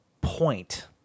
point